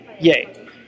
yay